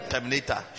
Terminator